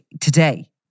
today